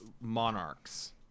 monarchs